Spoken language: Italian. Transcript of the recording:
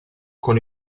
con